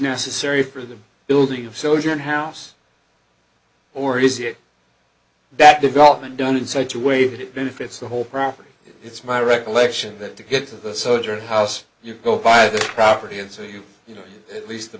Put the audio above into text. necessary for the building of so your house or is it that development done in such a way that it benefits the whole property it's my recollection that to get to the soldier house you go by the property and so you you know at least the